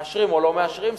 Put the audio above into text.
מאשרים או לא מאשרים,